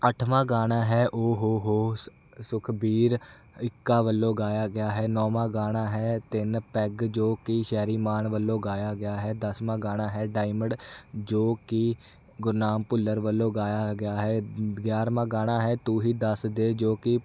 ਅੱਠਵਾਂ ਗਾਣਾ ਹੈ ਓ ਹੋ ਹੋ ਸ ਸੁਖਬੀਰ ਇੱਕਾ ਵੱਲੋਂ ਗਾਇਆ ਗਿਆ ਹੈ ਨੌਵਾਂ ਗਾਣਾ ਹੈ ਤਿੰਨ ਪੈੱਗ ਜੋ ਕਿ ਸ਼ੈਰੀ ਮਾਨ ਵੱਲੋਂ ਗਾਇਆ ਗਿਆ ਹੈ ਦਸਵਾਂ ਗਾਣਾ ਹੈ ਡਾਇਮੰਡ ਜੋ ਕਿ ਗੁਰਨਾਮ ਭੁੱਲਰ ਵੱਲੋਂ ਗਾਇਆ ਗਿਆ ਹੈ ਗਿਆਰ੍ਹਵਾਂ ਗਾਣਾ ਹੈ ਤੂੰ ਹੀ ਦੱਸ ਦੇ ਜੋ ਕਿ